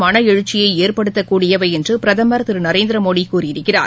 மனஎழுச்சியைஏற்படுத்தக்கூடியவைஎன்றுபிரதமர் திருநரேந்திரமோடிகூறயிருக்கிறார்